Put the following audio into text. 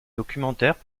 documentaires